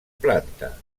planta